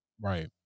Right